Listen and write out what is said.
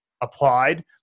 applied